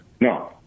No